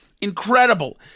Incredible